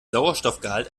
sauerstoffgehalt